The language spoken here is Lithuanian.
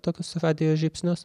tokius radijo žybsnius